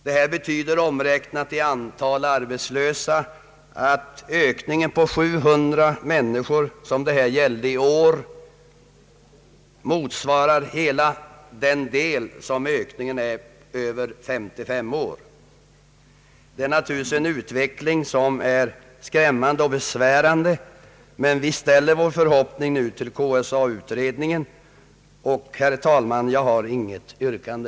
Detta betyder, omräknat i antal arbetslösa, att ökningen i år på 700 människor motsvarar ökningen för den grupp som i fjol var över 55 år. Det är naturligtvis en skrämmande och besvärande utveckling, men vi ställer nu vår förhoppning till KSA-utredningen. Herr talman! Jag har inget yrkande.